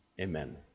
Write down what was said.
Amen